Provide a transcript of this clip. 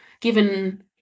given